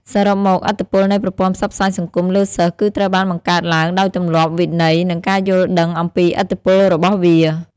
សរុបមក ឥទ្ធិពលនៃប្រព័ន្ធផ្សព្វផ្សាយសង្គមលើសិស្សគឺត្រូវបានបង្កើតឡើងដោយទម្លាប់ វិន័យ និងការយល់ដឹងអំពីឥទ្ធិពលរបស់វា។